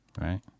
right